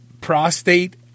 prostate